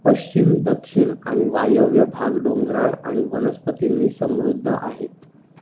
पश्चिम दक्षिण आणि वायव्य भाग डोंगराळ आणि वनस्पतींनी समृद्ध आहेत